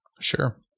Sure